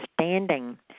standing